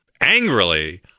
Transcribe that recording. angrily